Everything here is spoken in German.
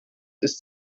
ist